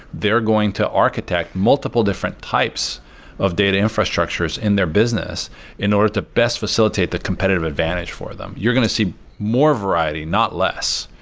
they are going to architect multiple different types of data infrastructures in their business in order to best facilitate the competitive advantage for them. you're going to see more variety, not less.